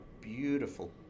beautiful